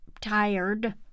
tired